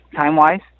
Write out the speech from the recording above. time-wise